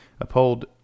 Uphold